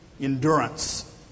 endurance